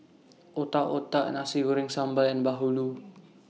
Otak Otak Nasi Goreng Sambal and Bahulu